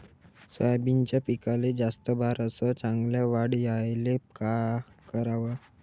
सोयाबीनच्या पिकाले जास्त बार अस चांगल्या वाढ यायले का कराव?